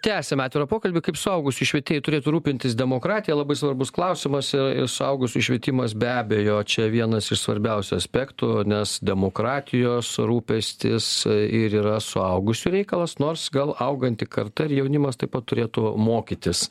tęsiame atvirą pokalbį kaip suaugusiųjų švietėjai turėtų rūpintis demokratija labai svarbus klausimas ir suaugusiųjų švietimas be abejo čia vienas iš svarbiausių aspektų nes demokratijos rūpestis ir yra suaugusiųjų reikalas nors gal auganti karta ir jaunimas taip pat turėtų mokytis